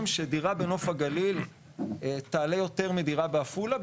שדירה בנוף הגליל תעלה יותר מדירה בעפולה,